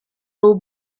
roe